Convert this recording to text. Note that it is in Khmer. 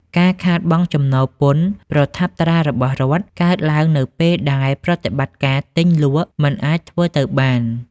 ការខាតបង់ចំណូលពន្ធប្រថាប់ត្រារបស់រដ្ឋ កើតឡើងនៅពេលដែលប្រតិបត្តិការទិញលក់មិនអាចធ្វើទៅបាន។